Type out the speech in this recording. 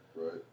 Right